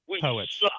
Poets